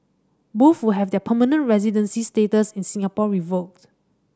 both will have their permanent residency status in Singapore revoked